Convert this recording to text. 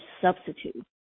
substitute